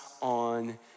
on